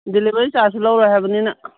delivery ꯆꯥꯔꯖꯁꯨ ꯂꯧꯔꯣꯏ ꯍꯥꯏꯕꯅꯤꯅ